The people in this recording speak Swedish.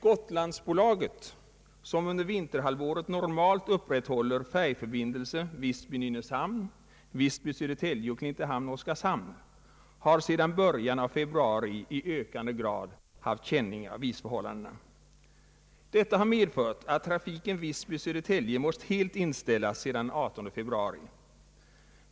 Gotlandsbolaget, som under vinterhalvåret normalt upprätthåller färjförbindelser Visby—Nynäshamn, Visby— Södertälje och Klintehamn—Oskarshamn, har sedan början av februari i ökande grad haft känning av isförhållandena. Detta har medfört att trafiken Visby—Södertälje måst helt inställas från den 18 februari.